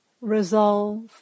resolve